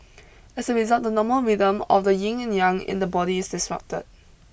as a result the normal rhythm of the yin and yang in the body is disrupted